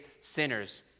sinners